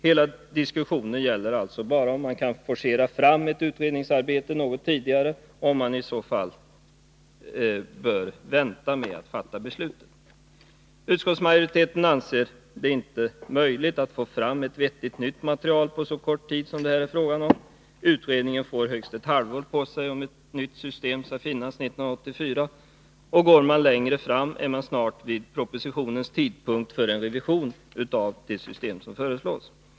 Hela diskussionen gäller alltså bara om man kan forcera fram ett utredningsarbete något tidigare och om man i så fall bör vänta med att fatta beslut. Utskottsmajoriteten anser det inte vara möjligt att få fram ett vettigt nytt material på så kort tid som det här är fråga om. Utredningen får högst ett halvår på sig, om ett nytt system skall finnas 1984. Och går man längre fram, är man snart vid propositionens tidpunkt för revision av det system som Nr 148 föreslås.